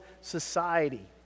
society